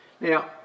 Now